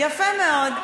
יפה מאוד.